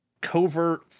covert